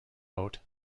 boat